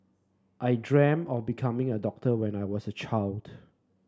I dream of becoming a doctor when I was a child